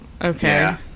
Okay